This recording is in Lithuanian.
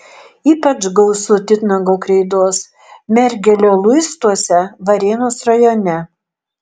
ypač gausu titnago kreidos mergelio luistuose varėnos rajone